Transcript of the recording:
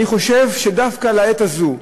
אני חושב שדווקא לעת הזאת,